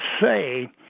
say